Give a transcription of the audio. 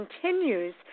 continues